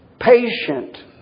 patient